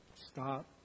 Stop